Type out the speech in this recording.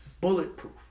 Bulletproof